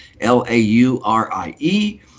L-A-U-R-I-E